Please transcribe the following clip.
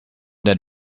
ned